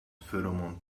pheromone